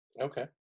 Okay